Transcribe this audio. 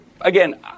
again